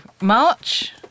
March